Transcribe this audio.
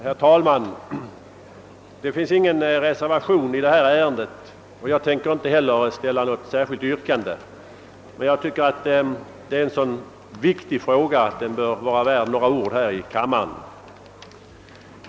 Herr talman! Det finns ingen reservation i detta ärende, och jag skall inte ställa något särskilt yrkande. Emellertid tycker jag att det gäller en så viktig fråga att den bör vara värd några ord här i kammaren.